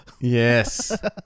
Yes